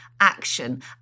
action